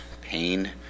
pain